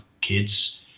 kids